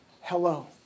hello